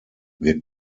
wir